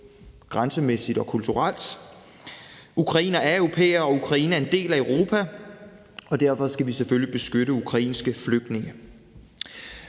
grænsemæssigt og kulturelt. Ukrainere er europæere, og Ukraine er en del af Europa, og derfor skal vi selvfølgelig beskytte ukrainske flygtninge.